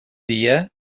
dia